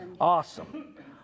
Awesome